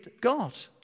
God